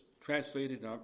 translated